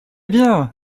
bien